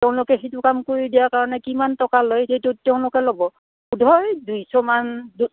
তেওঁলোকে সেইটো কাম কৰি দিয়াৰ কাৰণে কিমান টকা লয় সেইটোত তেওঁলোকে ল'ব বোধহয় দুইশমান দুই